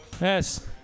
Yes